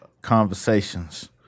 conversations